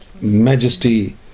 majesty